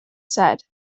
said